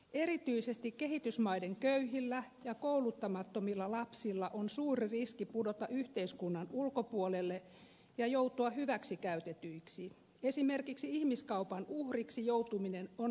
erityisesti kehitysmaiden köyhillä ja kouluttamattomilla lapsilla on suuri riski pudota yhteiskunnan ulkopuolelle ja joutua hyväksikäytetyiksi esimerkiksi ihmiskaupan uhriksi joutuminen on monen kohtalo